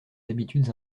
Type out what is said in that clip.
habitudes